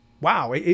wow